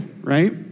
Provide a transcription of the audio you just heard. right